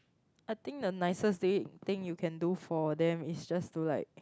I think the nicest day thing you can do for them is just to like